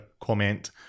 comment